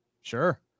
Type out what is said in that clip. sure